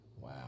Wow